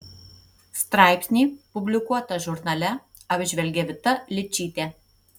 straipsnį publikuotą žurnale apžvelgė vita ličytė